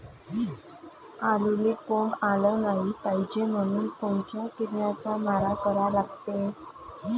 आलूले कोंब आलं नाई पायजे म्हनून कोनच्या किरनाचा मारा करा लागते?